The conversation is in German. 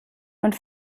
und